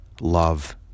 love